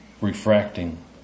refracting